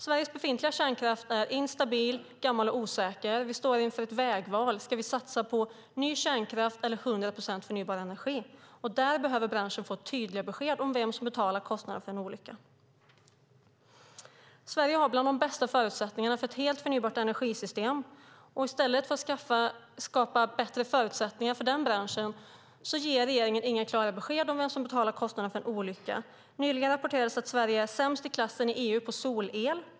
Sveriges befintliga kärnkraft är instabil, gammal och osäker. Vi står inför ett vägval. Ska vi satsa på ny kärnkraft eller 100 procent förnybar energi? Branschen behöver få tydliga besked om vem som betalar kostnaden för en olycka. Sverige har bland de bästa förutsättningarna för ett helt förnybart energisystem. I stället för att skapa bättre förutsättningar för den branschen ger regeringen inga klara besked om vem som betalar kostnaden för en olycka. Nyligen rapporterades att Sverige är sämst i klassen i EU på solel.